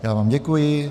Já vám děkuji.